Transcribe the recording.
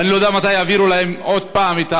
ואני עוד לא יודע מתי יעבירו להם את ההעברה,